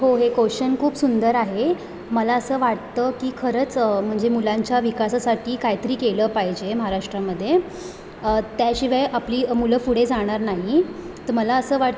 हो हे कोशन खूप सुंदर आहे मला असं वाटतं की खरंच म्हणजे मुलांच्या विकासासाठी काय तरी केलं पाहिजे महाराष्ट्रामध्ये त्याशिवाय आपली मुलं पुढे जाणार नाही तर मला असं वाटतं